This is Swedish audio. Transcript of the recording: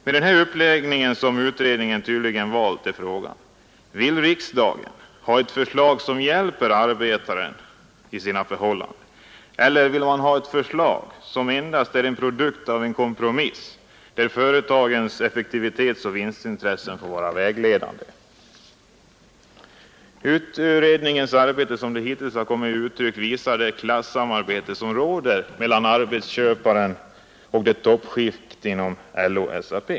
Med den uppläggning av frågan som utredningen tydligen valt kan man undra om riksdagen vill ha ett förslag som hjälper till att ge arbetaren bättre förhållanden eller ett förslag som endast är en produkt av en kompromiss, där företagens effektivitetsoch vinstintressen får vara vägledande. Utredningens arbetssätt hittills visar det klassamarbete som råder mellan arbetsköparna och ett toppskikt inom LO och SAP.